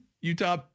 Utah